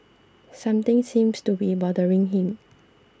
something seems to be bothering him